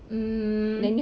mm